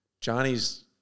Johnny's